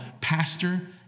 pastor